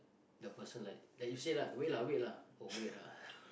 the person like like you say lah wait lah wait lah oh wait ah